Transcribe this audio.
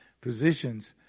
positions